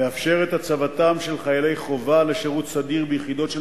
מאפשר את הצבתם של חיילי חובה לשירות סדיר ביחידות של